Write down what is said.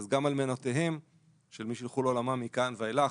גם האלמנות של מי שילכו לעולמם מכאן ואילך,